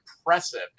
impressive